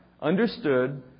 understood